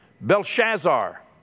Belshazzar